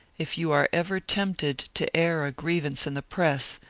if you are ever tempted to air a grievance in the press,